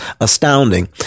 astounding